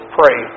pray